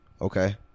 Okay